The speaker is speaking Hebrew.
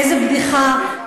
איזו בדיחה,